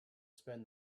spend